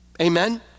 amen